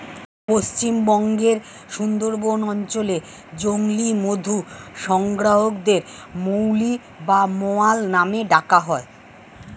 পশ্চিমবঙ্গের সুন্দরবন অঞ্চলে জংলী মধু সংগ্রাহকদের মৌলি বা মৌয়াল নামে ডাকা হয়